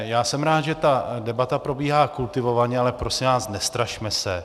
Já jsem rád, že ta debata probíhá kultivovaně, ale prosím vás, nestrašme se.